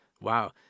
wow